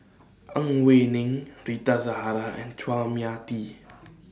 Ang Wei Neng Rita Zahara and Chua Mia Tee